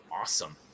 awesome